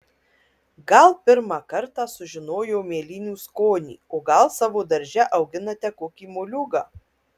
gal pirmą kartą sužinojo mėlynių skonį o gal savo darže auginate kokį moliūgą